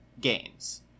games